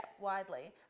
widely